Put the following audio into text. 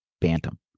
bantam